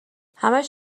همش